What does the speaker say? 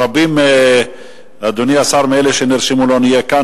רבים, אדוני השר, מאלה שנרשמו לא כאן.